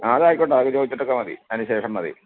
അത് ആയിക്കോട്ടെ അതൊക്കെ ചോദിച്ചിട്ട് ഒക്കെ മതി അതിന് ശേഷം മതി